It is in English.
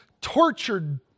tortured